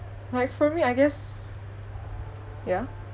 like for me I guess ya